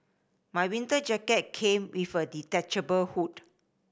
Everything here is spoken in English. my winter jacket came with a detachable hood